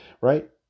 right